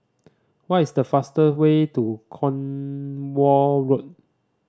what is the fast way to Cornwall Road